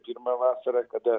pirmą vasarą kada